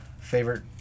favorite